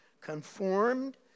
conformed